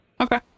Okay